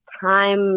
time